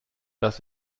dass